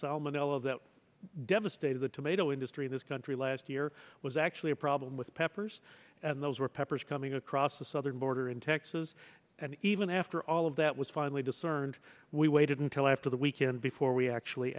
salmonella that devastated the tomato industry in this country last year was actually a problem with peppers and those were peppers coming across the southern border in texas and even after all of that was finally discerned we waited until after the weekend before we actually